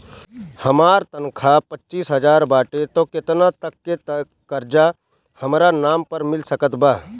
हमार तनख़ाह पच्चिस हज़ार बाटे त केतना तक के कर्जा हमरा नाम पर मिल सकत बा?